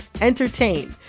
entertain